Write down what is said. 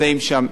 הדבר השני,